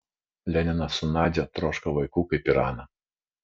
leninas su nadia troško vaikų kaip ir ana